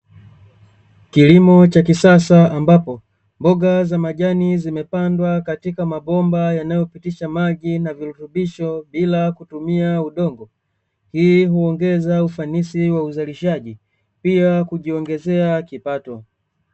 Kilimo cha kisasa, ambapo mboga za majani zimepandwa katika mabomba yanayopitisha maji na virutubisho bila kutumia udongo, hii huongeza ufanisi wa uzalishaji, pia kujiongezea kipato.